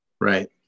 Right